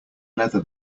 leather